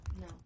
No